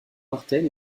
martel